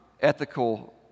ethical